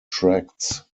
tracts